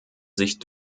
sich